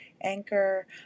anchor